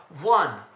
one